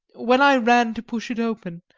when i ran to push it open,